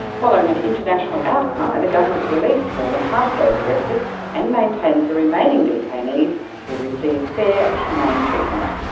following an international outcry, the government's released more than half those arrested and maintains the remaining detainees will receive fair and humane treatment.